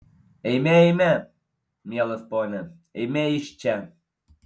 eime eime mielas pone eime iš čia